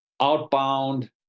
outbound